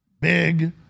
big